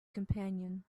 companion